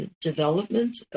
development